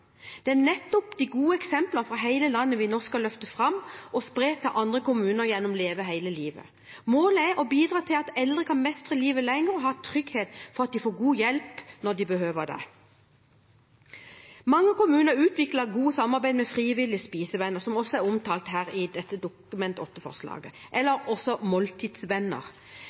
Det er nettopp de gode eksemplene fra hele landet vi nå skal løfte fram og spre til andre kommuner gjennom Leve hele livet. Målet er å bidra til at eldre kan mestre livet lenger og ha trygghet for at de får god hjelp når de behøver det. Mange kommuner utvikler godt samarbeid med frivillige spisevenner, som også er omtalt i dette Dokument 8-forslaget, eller måltidsvenner.